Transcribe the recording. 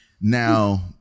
Now